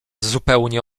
zupełnie